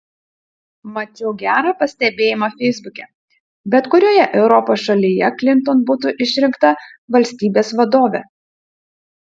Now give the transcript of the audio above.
mačiau gerą pastebėjimą feisbuke bet kurioje europos šalyje klinton būtų išrinkta valstybės vadove